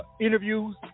interviews